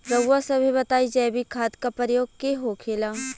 रउआ सभे बताई जैविक खाद क प्रकार के होखेला?